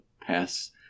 pass